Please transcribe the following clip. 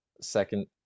second